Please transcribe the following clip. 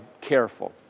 careful